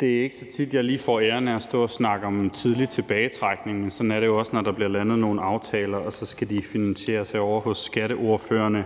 Det er ikke så tit, at jeg lige får æren af at stå og snakke om tidlig tilbagetrækning, men sådan er det jo også, når der bliver landet nogle aftaler, som så skal finansieres gennem et skatteforslag.